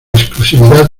exclusividad